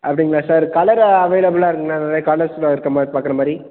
அப்படிங்களா sir colour அவைலபிளாக இருக்குதுங்களா நிறையா கலர்ஸ்லாம் இருக்கிற மாதிரி பார்க்கற மாதிரி